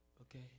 Okay